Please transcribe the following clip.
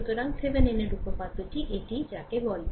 সুতরাং থিভেনিনের উপপাদ্যটি এটিই যাকে বলে